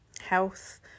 health